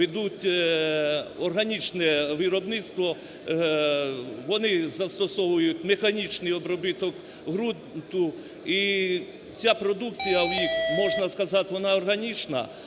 ведуть органічне виробництво, вони застосовують механічний обробіток ґрунту. І ця продукція в них, можна сказати, вона органічна,